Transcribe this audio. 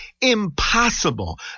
impossible